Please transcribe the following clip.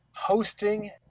hosting